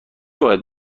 باید